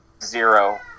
zero